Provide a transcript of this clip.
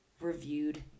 reviewed